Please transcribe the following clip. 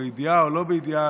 בידיעה או שלא בידיעה,